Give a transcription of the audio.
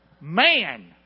Man